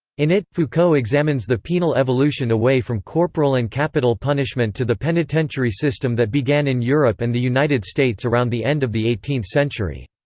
in it, foucault examines the penal evolution away from corporal and capital punishment to the penitentiary system that began in europe and the united states around the end of the eighteenth century.